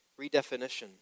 redefinition